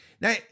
Now